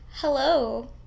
Hello